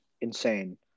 insane